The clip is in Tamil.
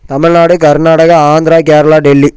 தமிழ்நாடு கர்நாடகா ஆந்திரா கேரளா டெல்லி